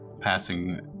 passing